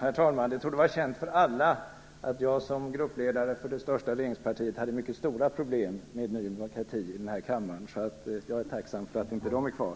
Herr talman! Det torde vara känt för alla att jag som gruppledare för det största regeringspartiet hade mycket stora problem med Ny demokrati i kammaren, så jag är tacksam för att det inte är kvar.